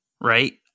right